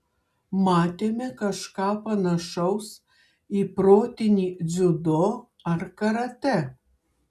matėme kažką panašaus į protinį dziudo ar karatė